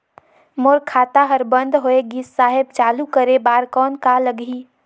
मोर खाता हर बंद होय गिस साहेब चालू करे बार कौन का लगही?